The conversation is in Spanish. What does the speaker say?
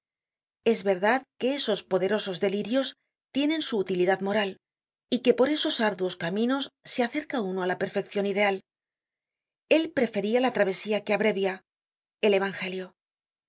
es verdad que esos poderosos delirios tienen su utilidad moral y que por esos árduos caminos se acerca uno á la perfeccion ideal el preferia la travesía que abrevia el evangelio